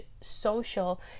social